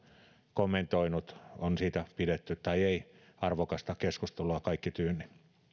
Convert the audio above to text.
kommentoinut on siitä pidetty tai ei arvokasta keskustelua kaikki tyynni